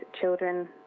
children